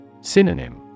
Synonym